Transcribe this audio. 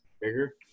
bigger